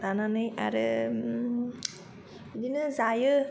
लानानै आरो बिदिनो जायो